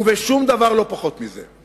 ובשום דבר לא פחות מזה.